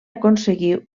aconseguí